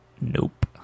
nope